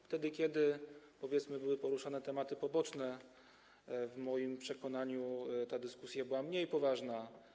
Wtedy kiedy, powiedzmy, były poruszane tematy poboczne, w moim przekonaniu ta dyskusja była mniej poważna.